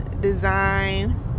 design